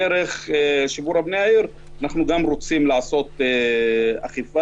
דרך שיפור פני העיר אנחנו רוצים לעשות אכיפה